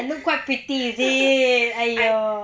you look quite pretty is it !aiyo!